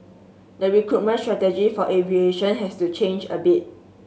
the recruitment strategy for aviation has to change a bit